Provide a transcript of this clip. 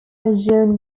john